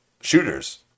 shooters